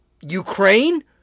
Ukraine